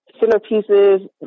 centerpieces